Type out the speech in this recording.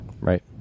Right